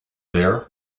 there